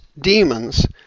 demons